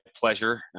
pleasure